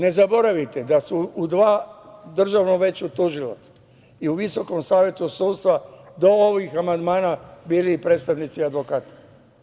Ne zaboravite da su u Državnom veću tužilaca i u Visokom savetu sudstva do ovih amandmana bili i predstavnici advokata.